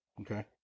Okay